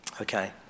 Okay